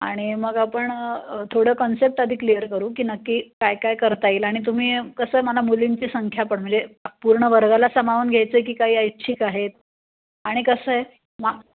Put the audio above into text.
आणि मग आपण थोडं कन्सेप्ट आधी क्लिअर करू की नक्की काय काय करता येईल आणि तुम्ही कसं मला मुलींची संख्या पण म्हणजे पूर्ण वर्गाला सामावून घ्यायचं आहे की काही ऐच्छिक आहेत आणि कसं आहे मा